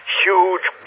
huge